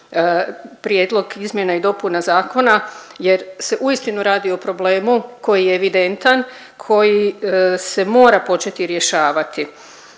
prijedlog izmjena i dopuna zakona jer se uistinu radi o problemu koji je evidentan, koji se mora početi rješavati.